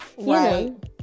right